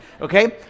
okay